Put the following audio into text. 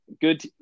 good